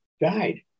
died